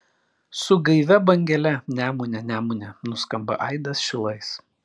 su gaivia bangele nemune nemune nuskamba aidas šilais